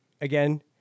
again